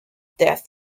death